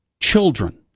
children